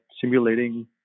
simulating